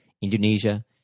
Indonesia